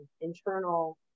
internal